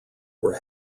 were